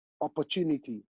opportunity